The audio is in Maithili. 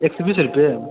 एक सै बीस रूपये